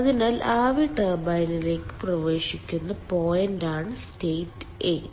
അതിനാൽ ആവി ടർബൈനിലേക്ക് പ്രവേശിക്കുന്ന പോയിന്റാണ് സ്റ്റേറ്റ് 8